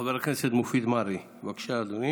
חבר הכנסת מופיד מרעי, בבקשה, אדוני,